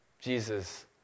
Jesus